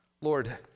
Lord